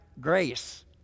grace